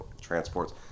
transports